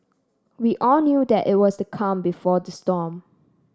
we all knew that it was the calm before the storm